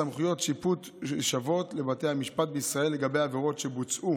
סמכויות שיפוט שוות לבתי המשפט בישראל לגבי עבירות שבוצעו